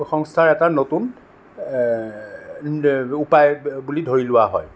সংস্থাৰ এটা নতুন উপায় বুলি ধৰি লোৱা হয়